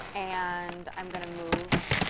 and i'm going to move